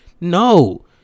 No